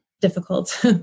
difficult